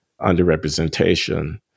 underrepresentation